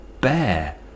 Bear